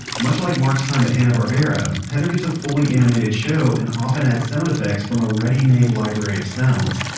much like mark's time at hanna-barbera, heather gets a fully animated show and often adds sound effects from a ready-made library of sounds.